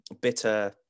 bitter